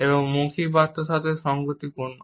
এবং মৌখিক বার্তার সাথে সঙ্গতিপূর্ণ